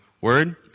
word